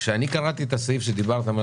כשקראתי את הסעיף שמגדיר את